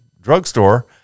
drugstore